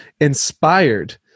inspired